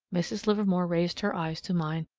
mrs. livermore raised her eyes to mine.